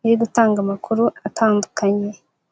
bari gutanga amakuru atandukanye.